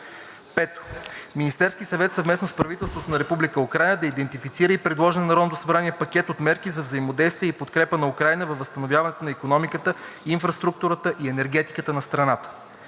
5. Министерският съвет съвместно с правителството на Република Украйна да идентифицира и предложи на Народното събрание пакет от мерки за взаимодействие и подкрепа на Украйна във възстановяването на икономиката, инфраструктурата и енергетиката на страната.